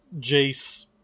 Jace